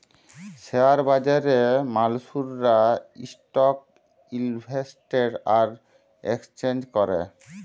share বাজারে মালুসরা stock invest আর একেসচেলজ ক্যরে